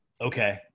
Okay